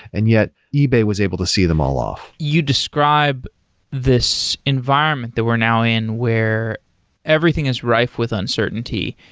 and yet ebay was able to see them all off. you describe this environment that we're now in where everything is rife with uncertainty,